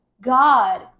God